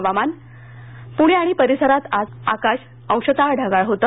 हवामान पुणे आणि परिसरांत आज आकाश अंशत ढगाळ होतं